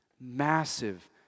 massive